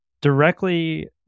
directly